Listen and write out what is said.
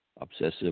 obsessive